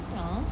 uh